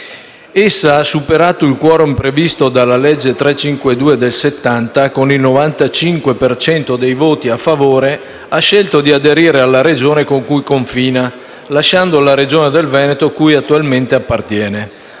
Essa, superato il *quorum* previsto dalla legge n. 352 del 1970, con il 95 per cento dei voti a favore, ha scelto di aderire alla Regione con cui confina, lasciando la Regione Veneto cui attualmente appartiene.